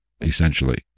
essentially